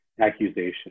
accusation